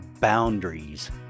boundaries